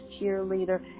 cheerleader